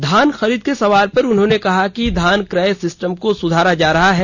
धान खरीद के सवाल पर उन्होंने कहा कि धान क्रय सिस्टम को सुधार जा रहा है